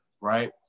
right